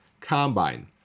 Combine